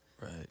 Right